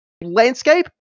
landscape